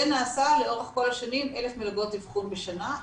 זה נעשה לאורך כל השנים, 1,000 מלגות אבחון בשנה.